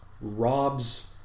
robs